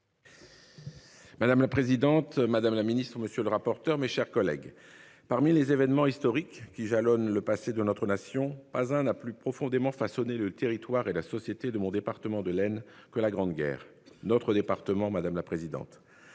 Madame la présidente, madame la Ministre. Monsieur le rapporteur. Mes chers collègues. Parmi les événements historiques qui jalonnent le passé de notre nation, pas un a plus profondément façonné le territoire et la société de mon département de laine que la Grande Guerre, notre département. Madame la présidente.